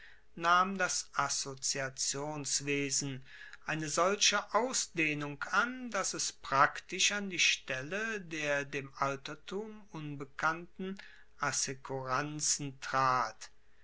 nahm das assoziationswesen eine solche ausdehnung an dass es praktisch an die stelle der dem altertum unbekannten assekuranzen trat